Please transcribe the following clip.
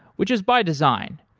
which is by design.